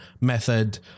method